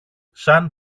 σαν